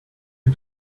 you